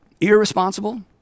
irresponsible